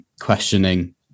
questioning